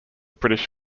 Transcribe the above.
british